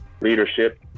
leadership